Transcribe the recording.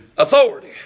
Authority